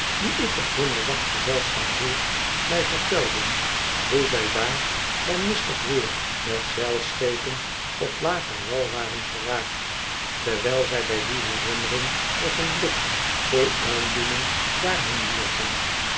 die ik op hunne wacht gezelschap hield mij vertelden hoe zij daar bij mistig weer met zeilschepen op lager wal waren geraakt terwijl zij bij die herinnering nog een blik vol aandoening daarheen wierpen